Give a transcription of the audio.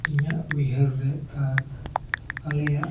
ᱤᱧᱟᱹᱜ ᱩᱭᱦᱟᱹᱨ ᱨᱮ ᱟᱨ ᱟᱞᱮᱭᱟᱜ